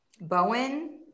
Bowen